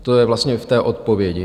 To je vlastně v té odpovědi.